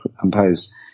compose